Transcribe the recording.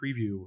preview